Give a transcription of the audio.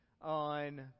on